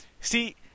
See